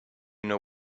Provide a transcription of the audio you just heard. know